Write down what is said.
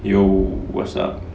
ya what's up